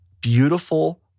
beautiful